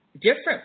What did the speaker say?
different